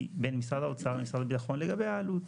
היא בין משרד האוצר למשרד הביטחון לגבי העלות.